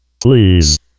please